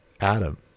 Adam